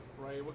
Right